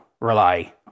rely